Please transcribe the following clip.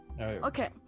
Okay